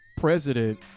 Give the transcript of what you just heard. president